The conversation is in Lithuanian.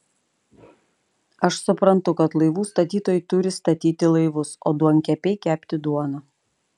aš suprantu kad laivų statytojai turi statyti laivus o duonkepiai kepti duoną